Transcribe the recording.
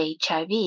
HIV